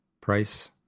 price